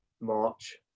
March